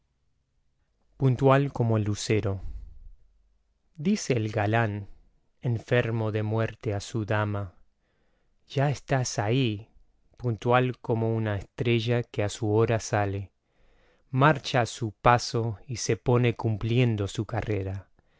puntual como el lucero dice el galán enfermo de muerte á su dama ya estás ahí puntual como una estrella que á su hora sale marcha á su paso y se pone cumpliendo su carrera